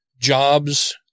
jobs